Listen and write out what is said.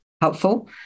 helpful